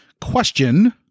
question